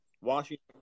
washington